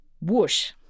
whoosh